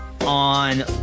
on